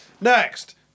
Next